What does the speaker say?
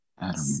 Adam